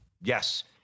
Yes